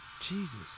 Jesus